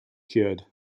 cured